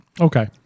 Okay